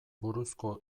buruzko